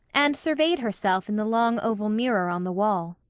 and surveyed herself in the long oval mirror on the wall.